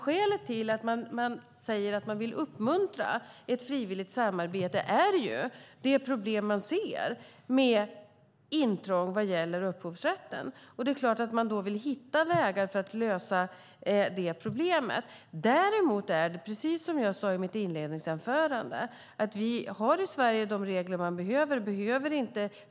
Skälet till att man säger att man vill uppmuntra ett frivilligt samarbete är de problem man ser med intrång i upphovsrätten. Det är klart att man vill hitta vägar för att lösa det problemet. Precis som jag sade i mitt inledningsanförande har vi däremot i Sverige de regler som behövs.